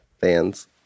fans